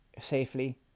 safely